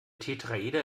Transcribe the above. tetraeder